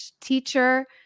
teacher